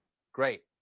great!